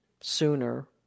sooner